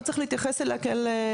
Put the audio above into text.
לא צריך להתייחס אליה כאל,